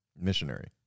Missionary